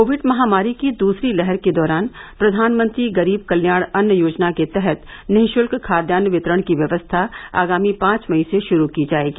Covid महामारी की दूसरी लहर के दौरान प्रधानमंत्री गरीब कल्याण अन्न योजना के तहत निःशुल्क खाद्यान्न वितरण की व्यवस्था आगामी पांच मई से शुरू की जायेगी